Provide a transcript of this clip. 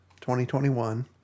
2021